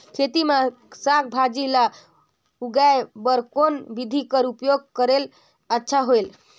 खेती मे साक भाजी ल उगाय बर कोन बिधी कर प्रयोग करले अच्छा होयल?